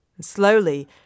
Slowly